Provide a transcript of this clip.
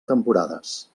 temporades